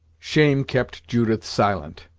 shame kept judith silent.